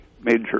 major